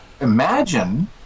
imagine